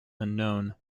unknown